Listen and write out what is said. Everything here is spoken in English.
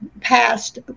passed